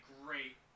great